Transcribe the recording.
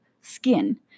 skin